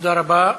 תודה רבה.